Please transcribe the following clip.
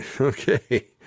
Okay